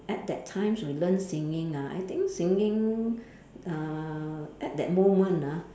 at that times we learn singing ah I think singing uh at that moment ah